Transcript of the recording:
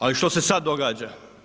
Ali što se sad događa?